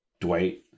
Dwight